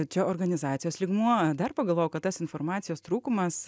čia organizacijos lygmuo dar pagalvojau kad tas informacijos trūkumas